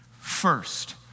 first